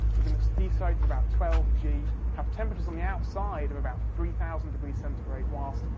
you're going to decelerate at about twelve g, have temperatures on the outside of about three thousand degrees centigrade whilst,